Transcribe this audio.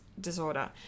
disorder